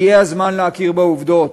הגיע הזמן להכיר בעובדות,